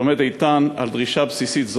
שעומד איתן על דרישה בסיסית.